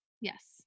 Yes